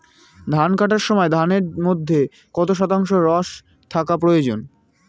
ধান কাটার সময় ধানের মধ্যে কত শতাংশ রস থাকা প্রয়োজন?